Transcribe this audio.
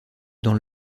dans